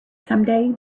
someday